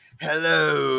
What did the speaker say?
Hello